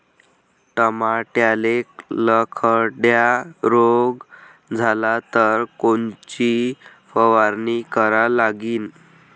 टमाट्याले लखड्या रोग झाला तर कोनची फवारणी करा लागीन?